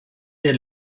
der